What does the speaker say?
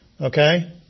okay